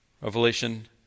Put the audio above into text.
Revelation